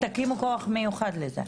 כלומר תקימו כוח מיוחד לזה.